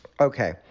Okay